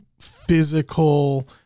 physical